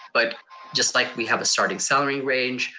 but just like we have a starting salary range,